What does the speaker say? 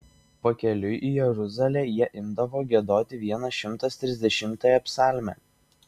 pakeliui į jeruzalę jie imdavo giedoti vienas šimtas trisdešimtąją psalmę